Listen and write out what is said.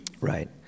Right